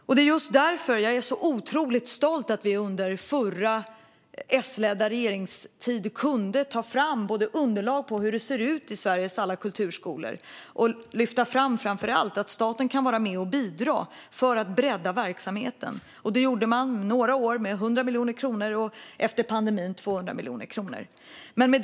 Jag är därför otroligt stolt över att vi under den S-ledda regeringstiden kunde ta fram underlag för hur det ser ut i Sveriges alla kulturskolor och framför allt lyfta fram att staten kan vara med och bidra för att bredda verksamheten. Det gjorde vi några år med 100 miljoner kronor, och efter pandemin blev det 200 miljoner kronor.